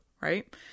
Right